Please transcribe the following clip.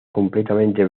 completamente